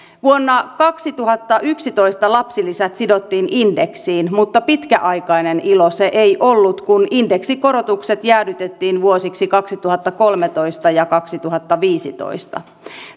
vuonna kaksituhattayksitoista lapsilisät sidottiin indeksiin mutta pitkäaikainen ilo se ei ollut kun indeksikorotukset jäädytettiin vuosiksi kaksituhattakolmetoista ja kaksituhattaviisitoista